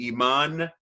Iman